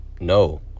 No